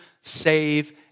save